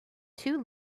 two